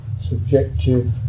subjective